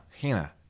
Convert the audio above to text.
Hannah